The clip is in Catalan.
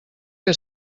que